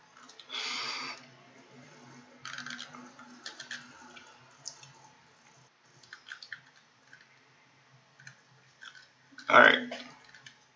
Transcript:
I